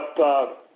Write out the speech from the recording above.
up